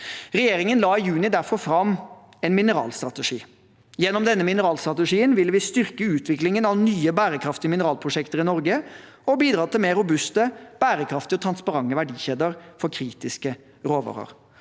Regjeringen la derfor fram en mineralstrategi i juni. Gjennom denne mineralstrategien vil vi styrke utviklingen av nye bærekraftige mineralprosjekter i Norge og bidra til mer robuste, bærekraftige og transparente verdikjeder for kritiske råvarer.